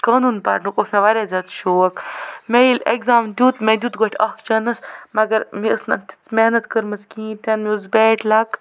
قانون پَرنُک اوس مےٚ واریاہ زیادٕ شوق مےٚ ییٚلہِ اٮ۪گزام دیُت مےٚ دیُت گۄڈٕ اَکھ چانٕس مگر مےٚ ٲس نہٕ اَتھ تِژھ محنت کٔرمٕژ کِہیٖنۍ تہِ نہٕ مےٚ اوس بیکلاک